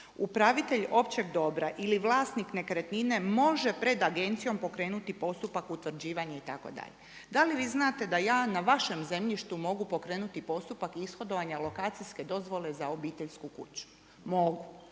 Upravitelj općeg dobra ili vlasnik nekretnine može pred agencijom pokrenuti postupak utvrđivanja itd.. Da li vi znate da ja na vašem zemljištu mogu pokrenuti postupak ishodovanja lokacijske dozvole za obiteljsku kuću? Mogu,